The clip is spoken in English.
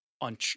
on